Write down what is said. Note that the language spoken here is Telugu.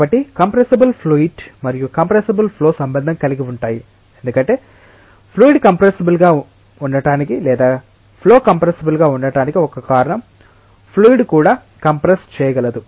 కాబట్టి కంప్రెస్సబుల్ ఫ్లూయిడ్ మరియు కంప్రెస్సబుల్ ఫ్లో సంబంధం కలిగి ఉంటాయి ఎందుకంటే ఫ్లూయిడ్ కంప్రెస్సబుల్ గా ఉండటానికి లేదా ఫ్లో కంప్రెస్సబుల్ గా ఉండటానికి ఒక కారణం ఫ్లూయిడ్ కూడా కంప్రెస్ చేయగలదు